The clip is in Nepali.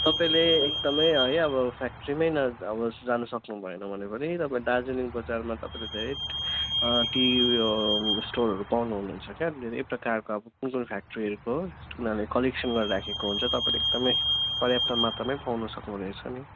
तपाईँले एकदमै है अब फ्याक्ट्रीमै न अब जान सक्नुभएन भने पनि तपाईँले दार्जिलिङ बजारमा तपाईँले धेरै टी उयो स्टलहरू पाउनुहुनेछ क्या धेरै प्रकारको अब कुन कुन फ्याक्ट्रीहरूको उनीहरूले कलेक्सन गरेर राखेको हुन्छ तपाईँले एकदमै पर्याप्त मात्रामै पाउन सक्नुहुनेछ नि